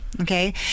okay